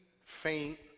faint